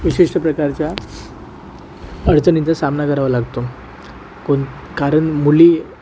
विशिष्ट प्रकारच्या अडचणींचा सामना करावा लागतो कोण कारण मुली